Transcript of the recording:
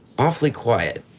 awfully quiet.